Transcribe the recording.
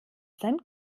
sein